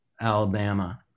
Alabama